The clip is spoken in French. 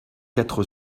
quatre